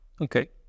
okay